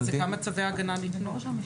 זה כמה צווי הגנה ניתנו.